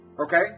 Okay